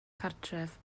cartref